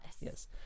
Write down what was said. Yes